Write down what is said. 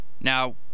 Now